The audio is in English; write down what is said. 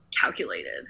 calculated